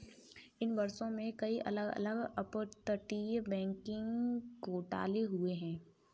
इन वर्षों में, कई अलग अलग अपतटीय बैंकिंग घोटाले हुए हैं